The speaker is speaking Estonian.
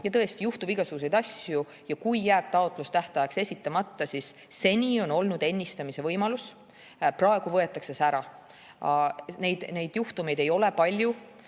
tõesti juhtub igasuguseid asju. Ja kui jääb taotlus tähtajaks esitamata, siis seni on olnud ennistamise võimalus. Praegu võetakse see ära. Neid juhtumeid ei ole palju